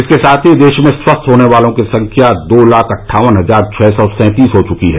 इसके साथ ही देश में स्वस्थ होने वालों की संख्या दो लाख अट्ठावन हजार छह सौ सैंतीस हो चुकी है